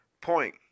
point